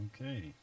Okay